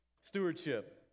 stewardship